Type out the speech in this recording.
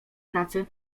pracy